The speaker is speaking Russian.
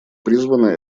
призваны